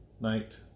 night